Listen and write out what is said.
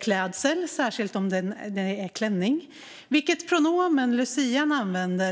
klädsel, särskilt om klädseln är klänning, och vilket pronomen lucian använder.